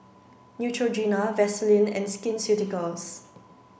Neutrogena Vaselin and Skin Ceuticals